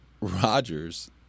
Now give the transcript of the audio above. Rodgers